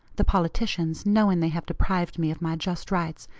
the politicians, knowing they have deprived me of my just rights,